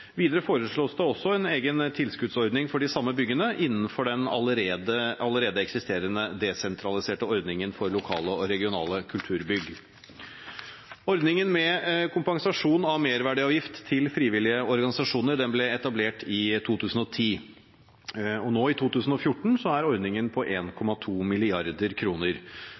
Videre foreslås det også en egen tilskuddsordning for de samme byggene, innenfor den allerede eksisterende desentraliserte ordningen for lokale og regionale kulturbygg. Ordningen med kompensasjon av merverdiavgift til frivillige organisasjoner ble etablert i 2010. Nå i 2014 er ordningen på